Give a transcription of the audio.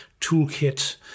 toolkit